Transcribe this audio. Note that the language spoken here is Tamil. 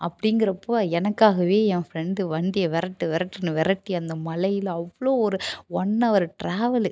அப்படிங்கிறப்போ எனக்காகவே என் ஃப்ரெண்டு வண்டியை விரட்டு விரட்டுன்னு விரட்டி அந்த மழையில் அவ்வளோ ஒரு ஒன் அவர் ட்ராவலு